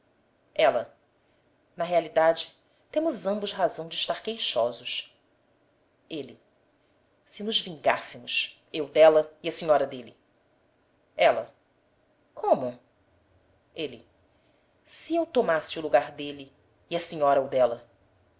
ela na realidade temos ambos razão de estar queixosos ele se nos vingássemos eu dela e a senhora dele ela como ele se eu tomasse o lugar dele e a senhora o dela